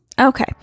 Okay